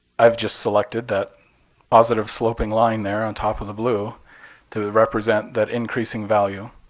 i've just selected that positive sloping line there on top of the blue to represent that increasing value.